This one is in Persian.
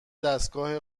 دستگاه